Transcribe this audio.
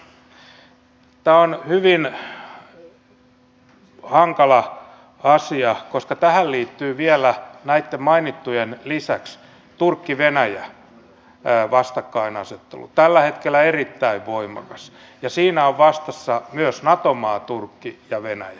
tämä on hyvin hankala asia koska tähän liittyy vielä näitten mainittujen lisäksi turkkivenäjä vastakkainasettelu tällä hetkellä erittäin voimakas ja siinä ovat vastakkain myös nato maa turkki ja venäjä